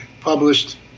published